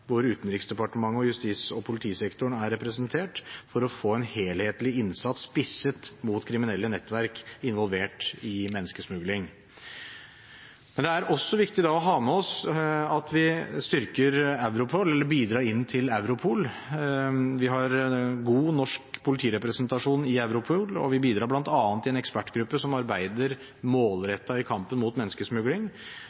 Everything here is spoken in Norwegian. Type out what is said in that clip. hvor Utenriksdepartementet og justis- og politisektoren er representert for å få en helhetlig innsats spisset mot kriminelle nettverk involvert i menneskesmugling. Da er det viktig å ha med oss at vi bidrar inn til Europol. Vi har god norsk politirepresentasjon i Europol, og vi bidrar bl.a. i en ekspertgruppe som arbeider